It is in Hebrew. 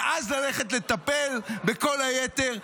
ואז ללכת לטפל בכל היתר.